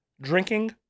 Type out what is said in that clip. drinking